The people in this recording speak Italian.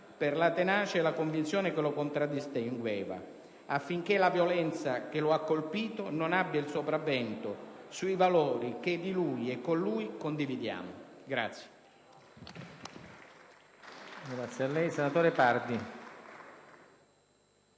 per la tenacia e la convinzione che lo contraddistinguevano, affinché la violenza che l'ha colpito non abbia il sopravvento sui valori che di lui e con lui condividiamo.